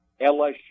LSU